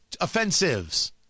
offensives